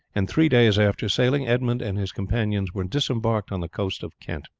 and three days after sailing edmund and his companions were disembarked on the coast of kent.